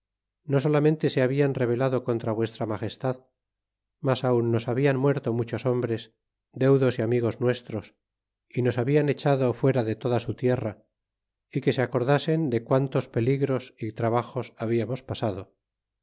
no solameole se hablan reto lado conirll y ucaa ira n ilageslad mos aun nos hablan muerto muchos hom bres deudos y amigos nuestros y nos hablan vetado fuera de toda su tierra y goe se acordasen de quan od peigros y a trabajos habiamos p